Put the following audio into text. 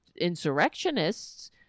insurrectionists